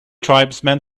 tribesman